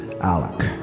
Alec